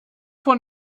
von